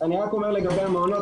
אני רק אומר לגבי המעונות,